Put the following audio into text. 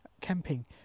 camping